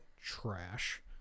trash